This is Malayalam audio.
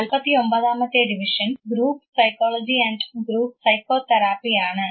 49 മത്തെ division group psychology and group psychotherapy ആണ്